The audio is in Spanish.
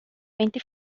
veinte